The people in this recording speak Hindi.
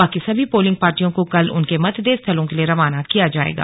बाकी सभी पोलिंग पार्टियों को कल उनके मतदेय स्थलों के लिए रवाना किया जाएगा